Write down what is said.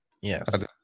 Yes